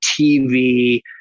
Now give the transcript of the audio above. TV